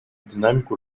динамику